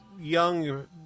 young